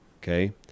Okay